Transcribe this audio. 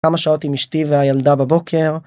כמה שעות עם אשתי והילדה בבוקר.